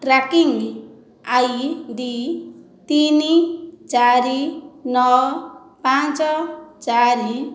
tracking ID ତିନି ଚାରି ନଅ ପାଞ୍ଚ ଚାରି